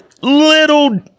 little